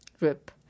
Rip